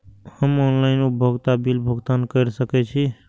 हम ऑनलाइन उपभोगता बिल भुगतान कर सकैछी?